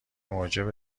موجب